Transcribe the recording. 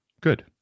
Good